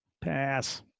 Pass